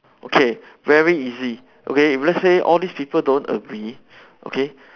okay very easy okay if let's say all these people don't agree okay